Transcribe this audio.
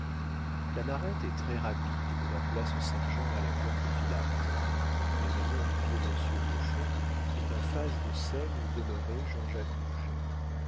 la narette est très rapide de la place saint-jean à la porte vilatte la maison du vieux monsieur hochon est en face de celle où demeurait jean-jacques